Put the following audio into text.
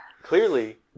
Clearly